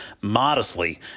modestly